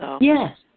Yes